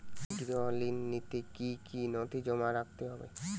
গৃহ ঋণ নিতে কি কি নথি জমা রাখতে হবে?